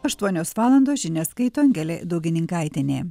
aštuonios valandos žinias skaito angelė daugininkaitienė